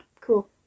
cool